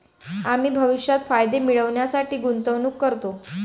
आम्ही भविष्यात फायदे मिळविण्यासाठी गुंतवणूक करतो